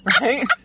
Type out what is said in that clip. Right